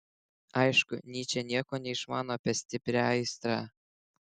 aišku nyčė nieko neišmano apie stiprią aistrą